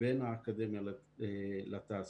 שבין האקדמיה לתעשייה.